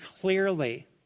clearly